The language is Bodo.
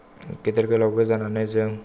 गेदेर गोलावबो जानानै जों